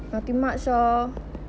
nothing much lor